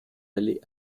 allés